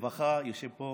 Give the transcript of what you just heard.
רווחה, יושב פה